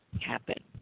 happen